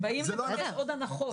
הם באים לבקש עוד הנחות.